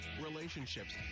relationships